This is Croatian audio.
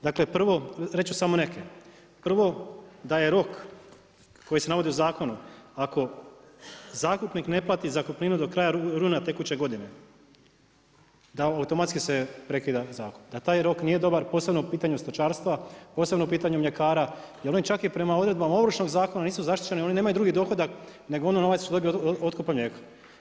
Dakle prvo, reći ću samo neke, prvo da je rok koji se navodi u zakonu, ako zakupnik ne plati zakupninu do kraja rujna tekuće godine, da automatski se prekida zakup, da taj rok nije dobar posebno u pitanju stočarstva, posebno u pitanju mljekara, jer oni čak i prema odredbama Ovršnog zakona nisu zaštićeni, oni nemaju drugi dohodak nego onaj novac što dobiju od otkupa mlijeka.